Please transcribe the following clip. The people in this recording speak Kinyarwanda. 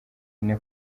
ine